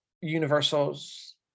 Universal's